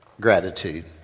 gratitude